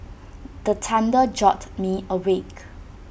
the thunder jolt me awake